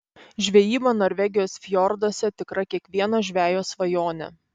žvejyba norvegijos fjorduose tikra kiekvieno žvejo svajonė